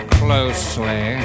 closely